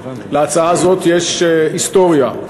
להצעה הזאת יש היסטוריה,